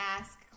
ask